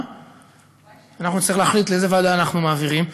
אנחנו נצטרך להחליט לאיזו ועדה אנחנו מעבירים,